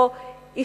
איש מצרי,